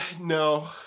no